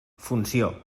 funció